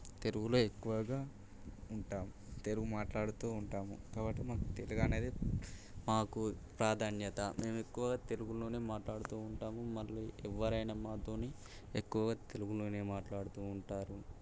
తెలుగులో ఎక్కువగా ఉంటాం తెలుగు మాట్లాడుతూ ఉంటాము కాబట్టి మాకు తెలుగనేది మాకు ప్రాధాన్యత మేము ఎక్కువ తెలుగులోనే మాట్లాడుతూ ఉంటాము మళ్ళీ ఎవరైనా మాతోని ఎక్కువగా తెలుగులోనే మాట్లాడుతూ ఉంటారు